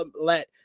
let